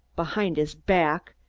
behind his back,